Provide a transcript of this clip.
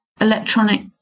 electronic